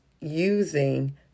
using